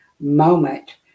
moment